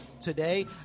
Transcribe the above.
today